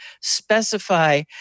specify